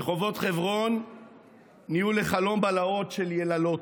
רחובות חברון נהיו לחלום בלהות של יללות,